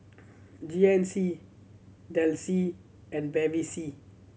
G N C Delsey and Bevy C